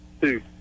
two